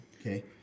okay